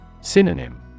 Synonym